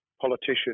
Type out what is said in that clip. politician